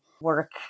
work